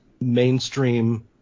mainstream